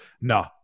no